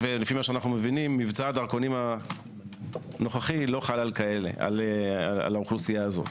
וכפי שאנו יודעים מבצע הדרכונים הנוכחי לא חל על האוכלוסייה הזו.